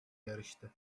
yarıştı